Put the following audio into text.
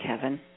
Kevin